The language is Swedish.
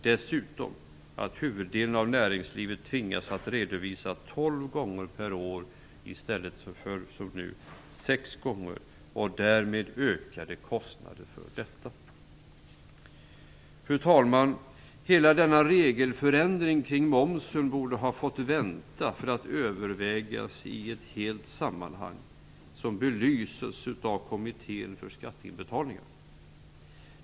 Dessutom tvingas huvuddelen av näringslivet att redovisa moms tolv gånger per år i stället för - som nu - sex gånger. Därmed ökar kostnaderna för detta. Fru talman! Hela denna regelförändring kring momsen borde ha fått vänta och övervägts i ett helt sammanhang. Det framhåller också kommittén för skatteinbetalningar.